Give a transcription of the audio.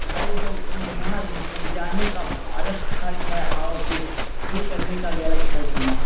ارے تو وہاں جانے کا الگ خرچ ہے اور پھر ٹھیک کرنے کا بھی الگ خرچ ہے نا